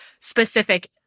specific